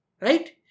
Right